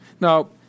Now